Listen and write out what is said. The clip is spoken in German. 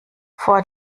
vor